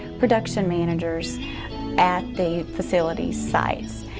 production managers at the facility's sites.